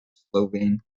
slovene